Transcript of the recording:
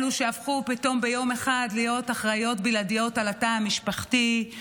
אלו שהפכו פתאום ביום אחד להיות אחראיות בלעדיות לתא המשפחתי,